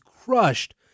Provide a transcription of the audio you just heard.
crushed